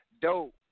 dope